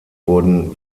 wurden